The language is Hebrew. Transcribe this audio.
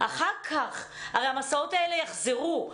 הרי המסעות האלה יחזרו.